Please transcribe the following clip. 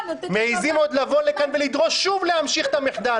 מעזים עוד לבוא לכאן ולדרוש שוב להמשיך את המחדל.